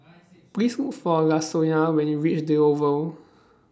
Please Look For Lasonya when YOU REACH The Oval